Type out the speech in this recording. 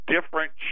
different